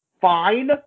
fine